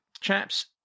chaps